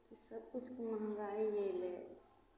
तऽ सभकिछु के महँगाइ अयलै